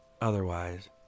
Otherwise